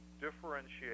differentiate